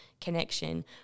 connection